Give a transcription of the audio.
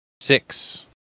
six